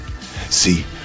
See